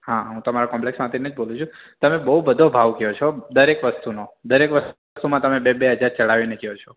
હા હું તમારા કોમ્પલેક્ષમાંથી જ બોલું છું તમે બહુ બધો ભાવ કહો છો દરેક વસ્તુનો દરેક વસ્તુમાં તમે બે બે હજાર ચઢાવીને કહો છો